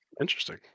Interesting